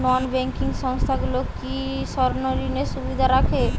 নন banking সংস্থাগুলো কি স্বর্ণঋণের সুবিধা রাখে?